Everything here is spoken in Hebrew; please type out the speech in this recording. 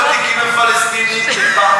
ומה עם הוותיקים הפַלסטינים שפַּ,